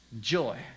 joy